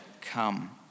come